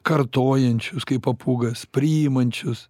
kartojančius kaip papūgas priimančius